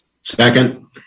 Second